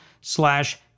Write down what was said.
slash